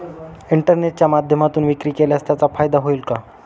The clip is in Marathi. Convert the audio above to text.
इंटरनेटच्या माध्यमातून विक्री केल्यास त्याचा फायदा होईल का?